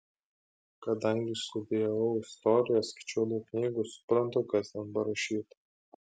kadangi studijavau istoriją skaičiau daug knygų suprantu kas ten parašyta